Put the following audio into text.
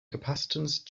capacitance